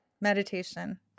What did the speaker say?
Meditation